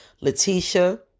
Letitia